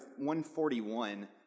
141